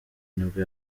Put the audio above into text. nibwo